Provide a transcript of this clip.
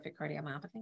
cardiomyopathy